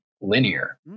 linear